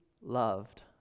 loved